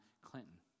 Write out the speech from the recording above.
Clinton